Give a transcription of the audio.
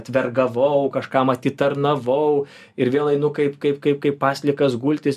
atvergavau kažkam atitarnavau ir vėl einu kaip kaip kaip kaip paslikas gultis